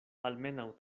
almenaŭ